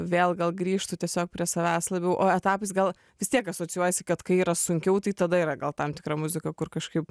vėl gal grįžtu tiesiog prie savęs labiau o etapais gal vis tiek asocijuojasi kad kai yra sunkiau tai tada yra gal tam tikra muzika kur kažkaip